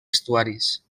estuaris